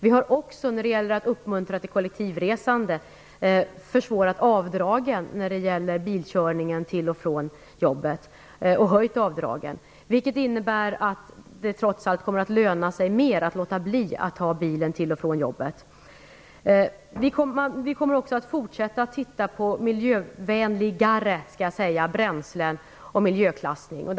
Vi har också, för att uppmuntra till kollektivresande, försvårat avdragen när det gäller bilkörningen till och från jobbet. Det innebär att det kommer att löna sig mer att låta bli att ta bilen till och från jobbet. Vi kommer också att fortsätta arbetet med miljövänligare bränslen och miljöklassningen.